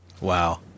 Wow